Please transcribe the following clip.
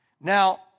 Now